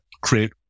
create